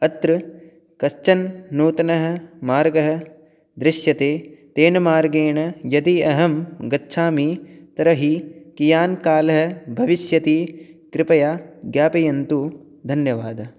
अत्र कश्चन नूतनः मार्गः दृश्यते तेन मार्गेण यदि अहं गच्छामि तर्हि कियान् कालः भविष्यति कृपया ज्ञापयन्तु धन्यवादः